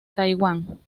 taiwán